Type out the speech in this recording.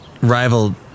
rival